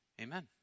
amen